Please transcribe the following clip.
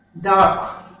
dark